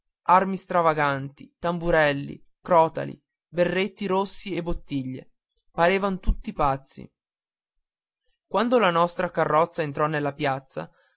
armi stravaganti tamburelli crotali berrettini rossi e bottiglie parevan tutti pazzi quando la nostra carrozza entrò nella piazza